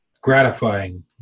gratifying